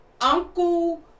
uncle